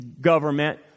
government